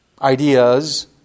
ideas